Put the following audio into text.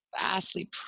Vastly